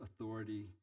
authority